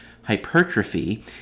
hypertrophy